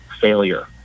failure